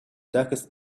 darkest